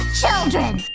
children